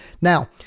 Now